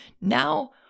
now